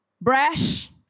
Brash